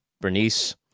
Bernice